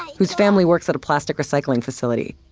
whose family works at a plastic recycling facility.